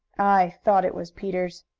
i thought it was peter's.